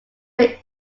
your